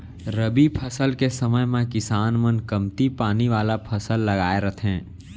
रबी फसल के समे म किसान मन कमती पानी वाला फसल लगाए रथें